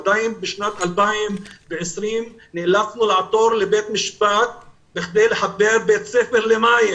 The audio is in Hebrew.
עדיין בשנת 2020 נאלצנו לעתור לבית המשפט כדי לחבר בית ספר למים.